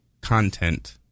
content